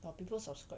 but people subscribe